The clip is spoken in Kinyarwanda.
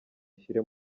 ushyire